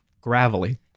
gravelly